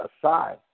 aside